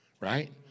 Right